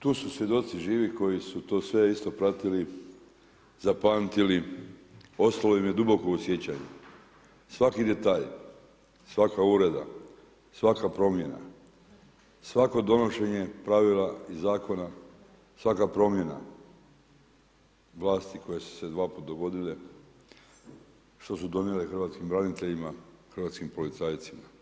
Tu su svjedoci živi koji su to sve isto pratili, zapamtili, ostalo im je duboko u sjećanju svaki detalj, svaka uvreda, svaka promjena, svako donošenje pravila i zakona, svaka promjena vlasti koje su se dvaput dogodile što su donijele hrvatskim braniteljima, hrvatskim policajcima.